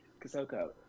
Kasoko